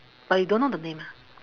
but you don't know the name ah